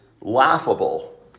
laughable